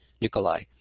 Nikolai